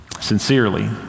sincerely